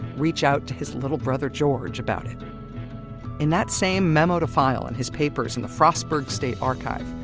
reach out to his little brother george about it in that same memo to file in his papers in the frostburg state archive,